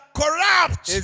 corrupt